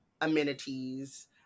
amenities